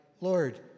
Lord